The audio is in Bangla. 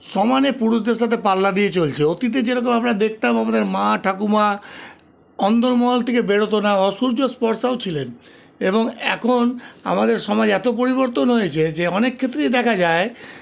সমানে পুরুষদের সাথে পাল্লা দিয়ে চলছে অতীতে যেরকম আমরা দেখতাম আমাদের মা ঠাকুমা অন্দরমহল থেকে বেরতো না অসূর্যস্পর্শাও ছিলেন এবং এখন আমাদের সমাজ এত পরিবর্তন হয়েছে যে অনেক ক্ষেত্রেই দেখা যায়